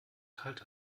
kalt